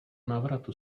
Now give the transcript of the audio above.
návratu